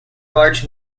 large